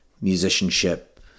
musicianship